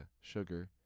Sugar